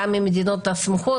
גם מהמדינות הסמוכות.